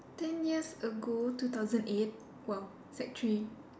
ten years ago two thousand eight !wow! sec three